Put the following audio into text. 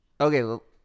Okay